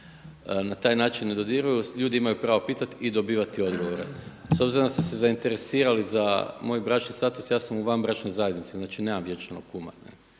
na taj način ne dodiruju. Ljudi imaju pravo pitati i dobivati odgovore. S obzirom da ste se zainteresirali za moj bračni status ja sam u vanbračnoj zajednici, znači nemam vjenčanog kuma,